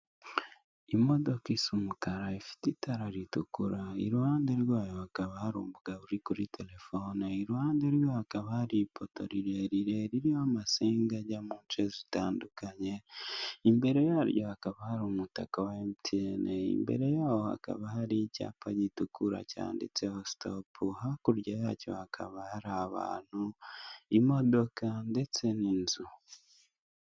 Imodoka isa umukara ifite itara ritukura, iruhande rwayo hakaba hari umugabo uri kuri telefoni, iruhande rwe hakaba hari ipoto rirerire ririho amasinga ajya mu nshe zitandukanye, imbere yaryo hakaba hari umutaka wa Emutiyene, imbere yaho hakaba hari icyapa gitukura cyanditseho sitopu, hakurya yacyo hakaba hari abantu, imodoka, ndetse n'inzu.